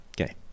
Okay